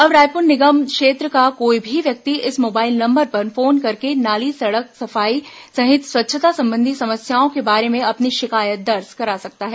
अब रायपुर निगम क्षेत्र का कोई भी व्यक्ति इस मोबाइल नंबर पर फोन करके नाली सड़क सफाई सहित स्वच्छता संबंधी समस्याओं के बारे में अपनी शिकायत दर्ज करा सकता है